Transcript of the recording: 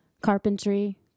carpentry